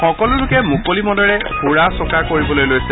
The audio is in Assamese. সকলো লোকে মুকলি মনেৰে ঘুৰা ফুৰা কৰিবলৈ লৈছে